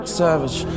savage